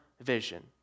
vision